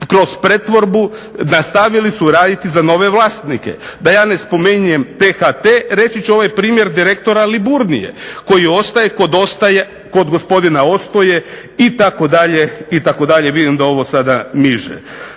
kroz pretvorbu nastavili su raditi za nove vlasnike. Da ja ne spominjem T-HT reći ću ovaj primjer direktora Liburnije koji ostaje kod gospodina Ostoje itd., itd. vidim da ovo sada niže.